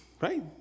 Right